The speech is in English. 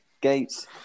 Gates